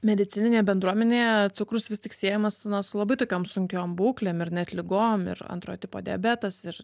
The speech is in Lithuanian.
medicininėje bendruomenėje cukrus vis tik siejamas na su labai tokiom sunkiom būklėm ir net ligom ir antrojo tipo diabetas ir